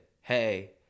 hey